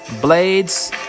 blades